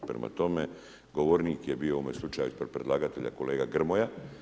Prema tome, govornik je bio u ovom slučaju ispred predlagatelja kolega Grmoja.